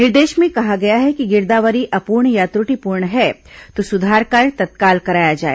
निर्देश में कहा गया है कि गिरदावरी अपूर्ण या त्रुटिपूर्ण है तो सुधार कार्य तत्काल कराया जाए